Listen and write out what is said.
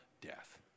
death